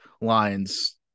lines